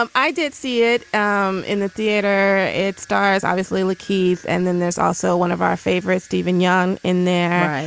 um i did see it um in the theater. it stars obviously la keith and then there's also one of our favorite steven young in there.